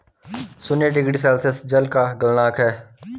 शून्य degree Celsius जल का गलनांक है